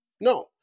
No